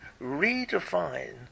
redefine